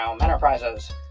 Enterprises